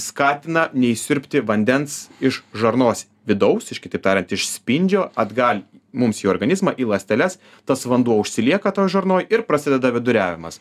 skatina neišsiurbti vandens iš žarnos vidaus iš kitaip tariant iš spindžio atgal mums į organizmą į ląsteles tas vanduo užsilieka toj žarnoj ir prasideda viduriavimas